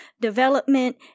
development